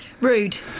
Rude